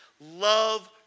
Love